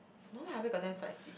no lah where got damn spicy